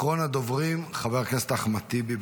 אחרון הדוברים, חבר הכנסת אחמד טיבי.